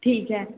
ठीक है